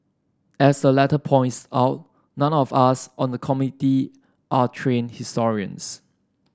as the letter points out none of us on the Committee are trained historians